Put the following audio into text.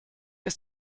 ist